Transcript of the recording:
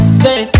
say